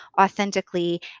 authentically